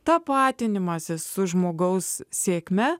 tapatinimąsi su žmogaus sėkme